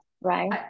right